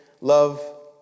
love